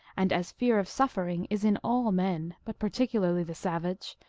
and as fear of suffering is in all men, but particularly the savage,